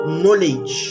knowledge